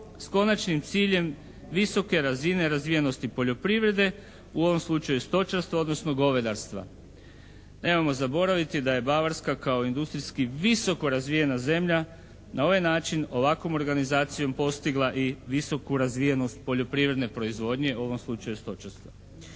s konačnim ciljem visoke razine razvijenosti poljoprivrede, u ovom slučaju stočarstva, odnosno govedarstva. Nemojmo zaboraviti da je Bavarska kao industrijski visoko razvijena zemlja na ovaj način ovakvom organizacijom postigla i visoku razvijenost poljoprivredne proizvodnje, u ovom slučaju stočarstva.